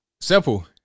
Simple